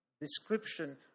description